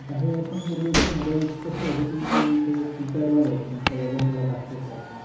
काही वर्षांपूर्वीचे मोबाईल्स कसे होते ते ते ते किपॅडवाले होते त्यांच वजन थोडं जास्त असायचं